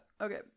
Okay